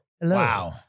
hello